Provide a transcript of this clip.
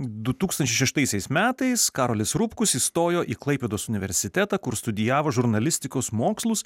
du tūkstančiai šeštaisiais metais karolis rupkus įstojo į klaipėdos universitetą kur studijavo žurnalistikos mokslus